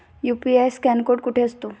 UPI scan code कुठे असतो?